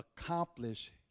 accomplish